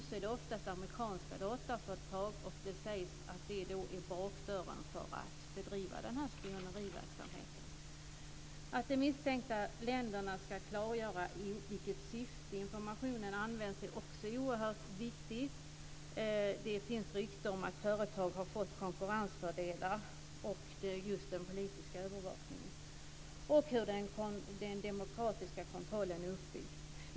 Nu är det oftast amerikanska dataföretag, och det sägs att det då är bakdörren för att bedriva denna spioneriverksamhet. Att de misstänkta länderna ska klargöra i vilket syfte informationen används är också oerhört viktigt. Det finns rykten om att företag har fått konkurrensfördelar och att det gäller just den politiska övervakningen och hur den demokratiska kontrollen är uppbyggd.